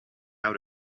out